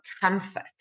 comfort